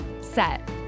set